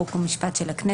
חוק ומשפט של הכנסת,